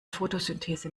fotosynthese